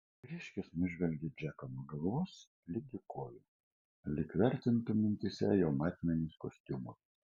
vyriškis nužvelgė džeką nuo galvos ligi kojų lyg vertintų mintyse jo matmenis kostiumui